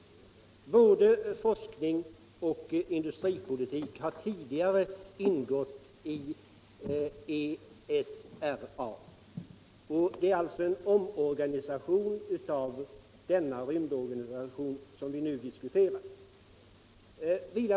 Både forskning och industripolitik har tidigare ingått i ESRO. Det är alltså en omorganisation av denna rymdorganisation som vi nu diskuterar.